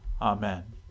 Amen